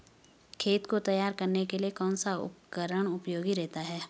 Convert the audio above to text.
खेत को तैयार करने के लिए कौन सा उपकरण उपयोगी रहता है?